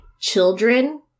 children